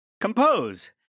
Compose